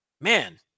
Man